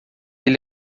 ele